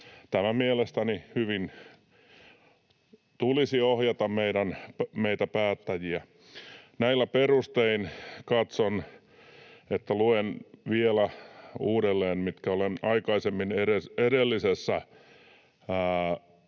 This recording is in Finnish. Tämän mielestäni tulisi hyvin ohjata meitä päättäjiä. Näillä perustein katson, että luen vielä uudelleen, mitä olen aikaisemmin edellisessä